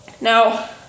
Now